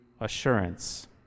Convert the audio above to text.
assurance